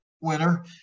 winner